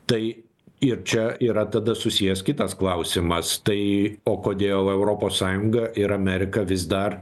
tai ir čia yra tada susijęs kitas klausimas tai o kodėl europos sąjunga ir amerika vis dar